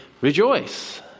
rejoice